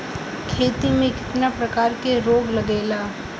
खेती में कितना प्रकार के रोग लगेला?